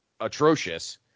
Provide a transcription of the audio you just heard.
atrocious